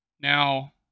Now